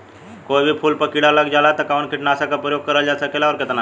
कोई भी फूल पर कीड़ा लग जाला त कवन कीटनाशक क प्रयोग करल जा सकेला और कितना?